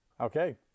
Okay